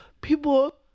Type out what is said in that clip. people